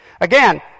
Again